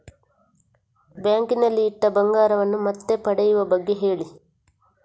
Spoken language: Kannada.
ಬ್ಯಾಂಕ್ ನಲ್ಲಿ ಇಟ್ಟ ಬಂಗಾರವನ್ನು ಮತ್ತೆ ಪಡೆಯುವ ಬಗ್ಗೆ ಹೇಳಿ